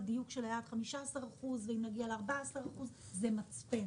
הדיוק של האחוזים פחות חשוב, מה שחשוב זה שזה מצפן